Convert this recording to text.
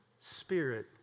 spirit